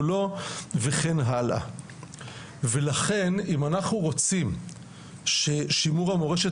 או לא וכן הלאה ולכן אם אנחנו רוצים ששימור המורשת